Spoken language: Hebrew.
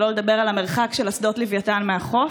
שלא לדבר על המרחק של אסדות לווייתן מהחוף.